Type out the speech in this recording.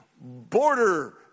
border